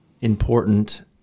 important